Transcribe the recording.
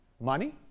money